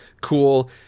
cool